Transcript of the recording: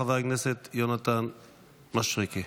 חבר הכנסת יונתן מישרקי.